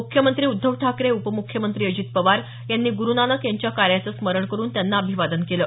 मुख्यमंत्री उद्धव ठाकरे उपमुख्यमंत्री अजित पवार यांनी ग्रुनानक यांच्या कार्याचं स्मरण करून त्याना अभिवादन केलं